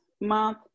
Month